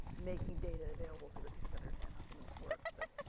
making data available so that people can understand how some and works. but